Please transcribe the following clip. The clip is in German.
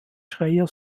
schreyer